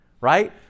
right